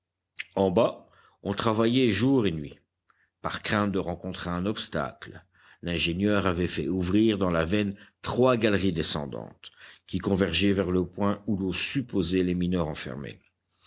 en bas on travaillait jour et nuit par crainte de rencontrer un obstacle l'ingénieur avait fait ouvrir dans la veine trois galeries descendantes qui convergeaient vers le point où l'on supposait les mineurs enfermés